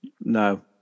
No